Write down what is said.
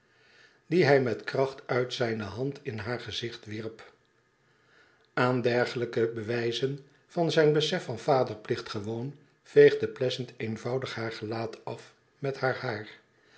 dien hij met kracht uit zijne hand in haar gezicht wierp aan dergelijke bewijzen van zijn besef van vaderplicht gewoon veegde pleasant eenvoudig haar gelaat af met haar haar